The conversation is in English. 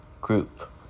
Group